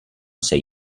sei